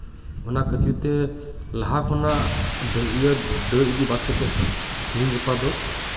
ᱚᱱᱟ ᱠᱷᱟᱹᱛᱤᱨ ᱛᱮ ᱞᱟᱦᱟ ᱠᱷᱚᱱᱟᱜ ᱤᱭᱟᱹ ᱰᱟᱹᱨ ᱤᱫᱤ ᱵᱟᱫ ᱠᱟᱛᱮᱫ ᱫᱚ ᱛᱤᱦᱤᱧ ᱜᱟᱯᱟ ᱫᱚ